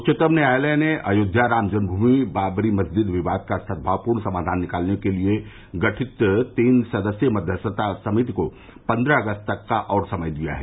उच्चतम न्यायालय ने अयोध्या राम जन्म भूमि बाबरी मस्जिद विवाद का सदभावपूर्ण समाधान निकालने के लिए गढित तीन सदस्यीय मध्यस्थता समिति को पन्द्रह अगस्त तक का और समय दिया है